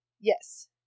yes